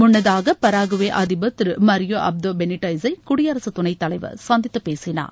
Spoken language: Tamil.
முன்னதாக பராகுவே அதிபர் திரு மரியோ அப்தோ பெளிட்ஸ் ஐ குடியரசுத் துணைத்தலைவர் சந்தித்து பேசினார்